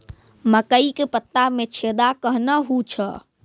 मकई के पत्ता मे छेदा कहना हु छ?